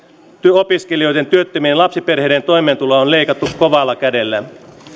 opiskelijoiden työttömien ja lapsiperheiden toimeentuloa on leikattu kovalla kädellä